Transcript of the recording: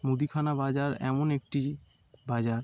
মুদিখানা বাজার এমন একটি বাজার